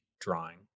drawing